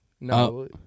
No